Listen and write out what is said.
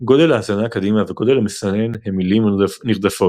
גודל ההזנה קדימה וגודל המסנן הם מילים נרדפות.